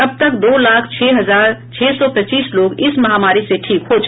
अब तक दो लाख छह हजार छह सौ पच्चीस लोग इस महामारी से ठीक हो चुके हैं